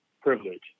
privilege